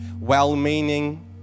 well-meaning